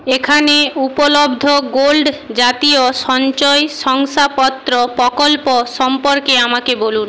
এখানে উপলব্ধ গোল্ড জাতীয় সঞ্চয় শংসাপত্র প্রকল্প সম্পর্কে আমাকে বলুন